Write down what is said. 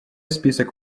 список